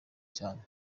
cyane